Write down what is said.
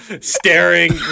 staring